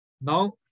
Now